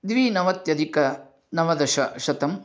द्विनवत्यधिक नवदशशतम्